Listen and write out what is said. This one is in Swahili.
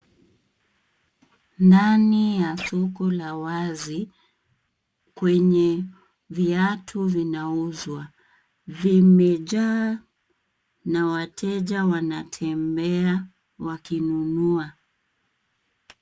Ndani ya soko la wazi kwenye viatu vinauzwa, vimejaa na wateja wanatembea wakinunua.